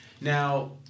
Now